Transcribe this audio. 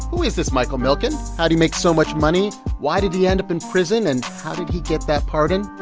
who is this michael milken? how'd he make so much money? why did he end up in prison, and how did he get that pardon?